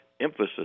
emphasis